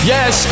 Yes